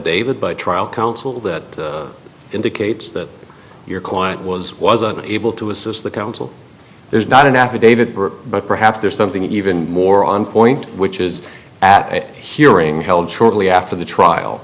davit by trial counsel that indicates that your client was wasn't able to assist the counsel there's not an affidavit but perhaps there's something even more on point which is at a hearing held shortly after the trial